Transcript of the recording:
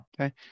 Okay